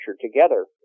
together